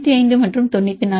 95 மற்றும் இது 94